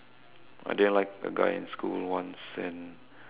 I didn't like the guy in school once and